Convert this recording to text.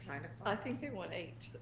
i think they want eight